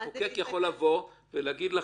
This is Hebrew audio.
המחוקק יכול לבוא ולהגיד לכם: